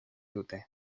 dute